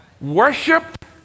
worship